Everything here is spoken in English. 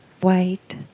white